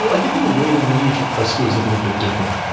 i think in a way the lineage of presto is a little bit different.